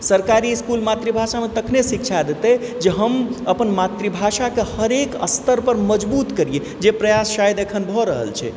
सरकारी इसकुल मातृभाषामे तखने शिक्षा देतय जे हम अपन मातृभाषाके हरेक स्तरपर मजबूत करियै जे प्रयास एखन शायद भऽ रहल छै